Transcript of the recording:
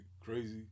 crazy